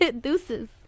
deuces